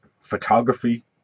photography